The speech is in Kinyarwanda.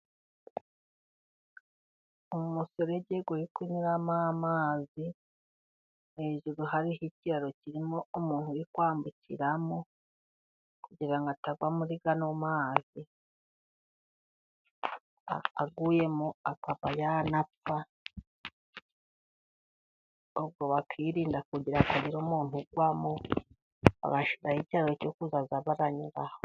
Umuferege uri kunyuramo amazi, hejuru hariho ikiraro kirimo umuntu uri kwambukiramo kugira ngo atagwa muri ayo mazi, aguyemo akaba yanapfa, ubwo bakirinda kugira kugira ngo hatagira umuntu ugwamo bagashyiraho ikiraro cyo kujya banyuraho.